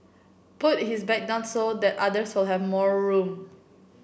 put his bag down so that others have more room